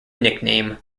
nickname